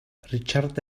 richard